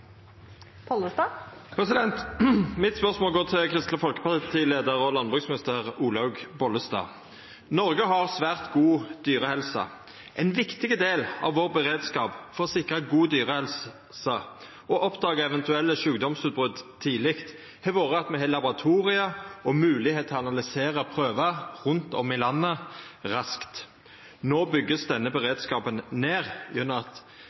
Mitt spørsmål går til Kristeleg Folkeparti-leiar og landbruksminister Olaug V. Bollestad. Noreg har svært god dyrehelse. Ein viktig del av vår beredskap for å sikra god dyrehelse og oppdaga eventuelle sjukdomsutbrot tidleg har vore at me har laboratorium og moglegheit til å analysera prøvar rundt om i landet raskt. No vert denne beredskapen bygd ned